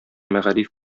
мәгариф